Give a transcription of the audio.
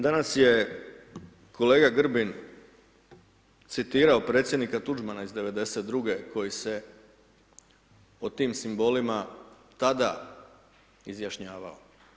Danas je kolega Grbin citirao predsjednika Tuđmana iz '92. koji se o tim simbolima tada izjašnjavao.